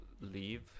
leave